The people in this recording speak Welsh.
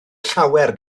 llawer